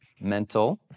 mental